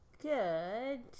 good